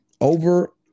Over